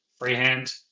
freehand